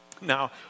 Now